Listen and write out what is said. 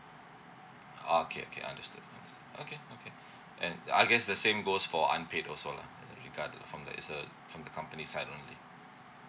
oh okay okay understood understood okay okay and I guess the same goes for unpaid also lah as it regard from that is uh from the company side only